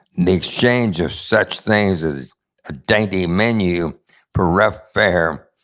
the exchange of such things as a dainty menu for rough fare,